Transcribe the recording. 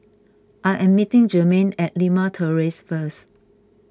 I am meeting Jermain at Limau Terrace first